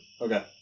Okay